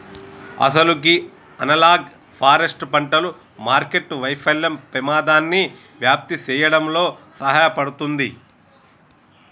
అసలు గీ analogue forest పంటలు మార్కెట్టు వైఫల్యం పెమాదాన్ని వ్యాప్తి సేయడంలో సహాయపడుతుంది